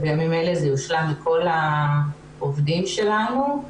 בימים אלה זה יושלם לכל העובדים שלנו.